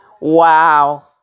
Wow